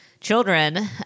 children